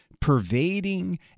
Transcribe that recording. pervading